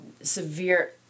severe